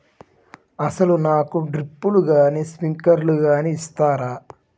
అసలు నాకు డ్రిప్లు కానీ స్ప్రింక్లర్ కానీ ఇస్తారా?